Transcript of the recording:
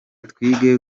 twige